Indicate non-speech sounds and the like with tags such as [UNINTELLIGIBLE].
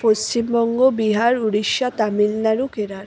পশ্চিমবঙ্গ বিহার উড়িষ্যা তামিলনাড়ু কেরা [UNINTELLIGIBLE]